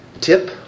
tip